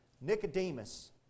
Nicodemus